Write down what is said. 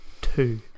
two